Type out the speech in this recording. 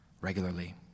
regularly